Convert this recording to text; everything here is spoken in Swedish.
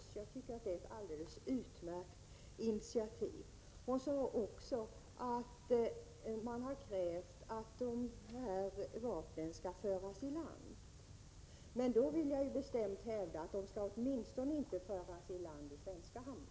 Jag tycker att det är ett alldeles utmärkt initiativ. Hon sade också att man har krävt att dessa vapen skall föras i land. Då vill jag bestämt hävda att de åtminstone inte skall föras i land i svenska hamnar.